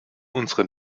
unsere